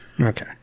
Okay